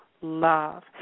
Love